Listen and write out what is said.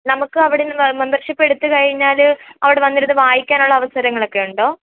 നമുക്ക് ഇവിടുന്ന് മെമ്പർഷിപ്പ് എടുത്ത് കഴിഞ്ഞാൽ അവിടെ വന്നിരുന്ന് വായിക്കാനുള്ള അവസരങ്ങളൊക്കെ ഉണ്ടോ